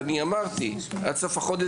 אז אני אמרתי עד סוף החודש,